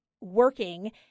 working